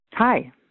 Hi